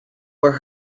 were